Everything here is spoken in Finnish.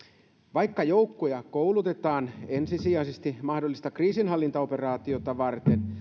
vaikka joukkoja koulutetaan ensisijaisesti mahdollista kriisinhallintaoperaatiota varten